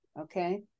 okay